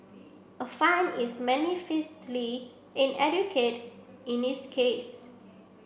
a fine is manifestly inadequate in this case